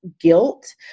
guilt